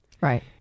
Right